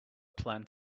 plan